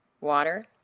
water